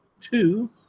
two